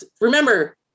Remember